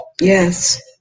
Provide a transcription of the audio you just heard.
Yes